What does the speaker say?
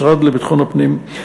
המשרד לביטחון הפנים,